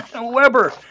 Weber